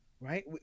right